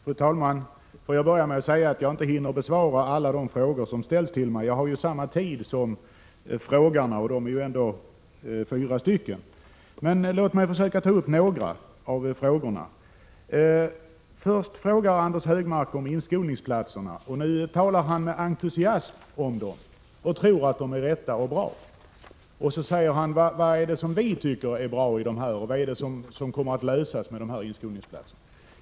Fru talman! Låt mig börja med att säga att jag inte hinner besvara alla de frågor som ställts till mig. Jag har samma tid till mitt förfogande som de som frågar, och de är ändå fyra stycken. Men jag skall försöka besvara några av frågorna. Först frågar Anders Högmark om inskolningsplatserna och sedan talar han med entusiasm om dem och tror att de är bra. Så undrar han vad det är vi tycker är bra och vilka problem som kommer att lösas med dessa inskolningsplatser.